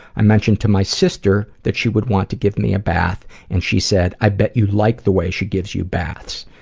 i mentioned to my sister that she would want to give me a bath, and she said, i bet you like the way she gives you baths.